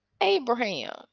Abraham